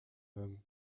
homme